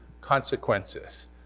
consequences